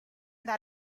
that